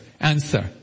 Answer